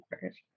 first